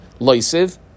loisiv